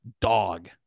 dog